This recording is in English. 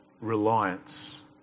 reliance